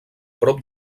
prop